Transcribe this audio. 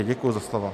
Děkuji za slovo.